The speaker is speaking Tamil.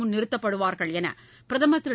முன் நிறுத்தப்படுவார்கள் என்று பிரதமர் திரு